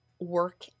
work